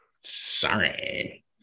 Sorry